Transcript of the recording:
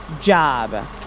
job